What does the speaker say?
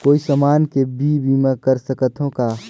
कोई समान के भी बीमा कर सकथव का?